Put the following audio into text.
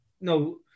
no